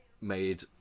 made